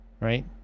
right